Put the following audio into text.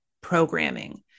programming